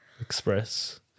Express